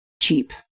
cheap